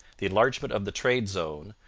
the enlargement of the trade zone,